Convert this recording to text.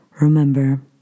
remember